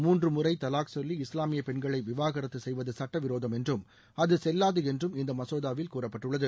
மூன்று முறை தலாக் சொல்லி இஸ்லாமிய பெண்களை விவாகரத்து செய்வது சட்டவிரோதம் என்றும் அது செல்லாது என்றும் இந்த மசோதாவில் கூறப்பட்டுள்ளது